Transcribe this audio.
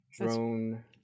Drone